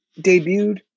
...debuted